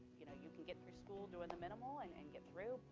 you know you can get through school doing the minimal and and get through,